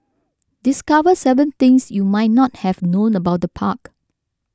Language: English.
discover seven things you might not have known about the park